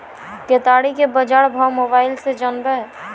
केताड़ी के बाजार भाव मोबाइल से जानवे?